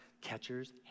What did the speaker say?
Catchers